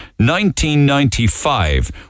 1995